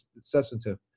substantive